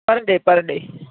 પર day per day